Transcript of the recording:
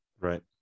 Right